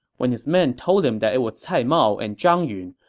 when his men told him that it was cai mao and zhang yun,